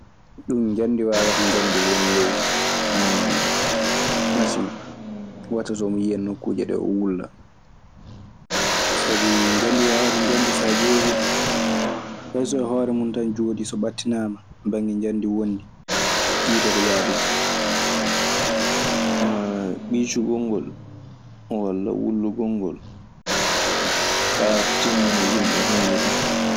Ɗum njamndi waawata njamndi woni ley horr- masin oo, ɗum watta so o yiya nokkuuje ɗee o wulla. Sabi hoore njanndi so a ƴeewii ɗun, fay so hoore mun tan jooɗi. So ɓattinaama bannge njanndi wondi tiitoto yahde ton.